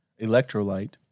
electrolyte